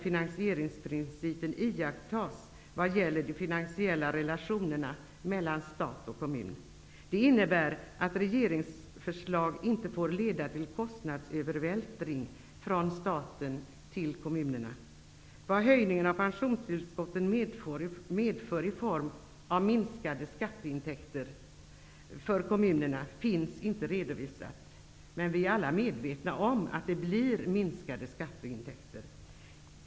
finansieringsprincipen iakttas vad gäller de finansiella relationerna mellan stat och kommun. Det innebär att regeringsförslag inte får leda till kostnadsövervältring från staten till kommunerna. Vad höjningen av pensionstillskotten medför i form av minskade skatteintäkter för kommunerna finns inte redovisat. Men vi är alla medvetna om att det blir minskade skatteintäkter.